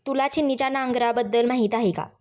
तुला छिन्नीच्या नांगराबद्दल माहिती आहे का?